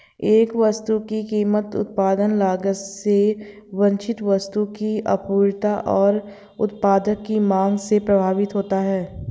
एक वस्तु की कीमत उत्पादन लागत से वांछित वस्तु की आपूर्ति और उत्पाद की मांग से प्रभावित होती है